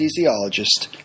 anesthesiologist